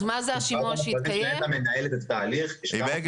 ועדת המכרזים של נת"ע מנהלת את התהליך ------ סליחה,